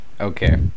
okay